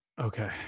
okay